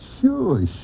Sure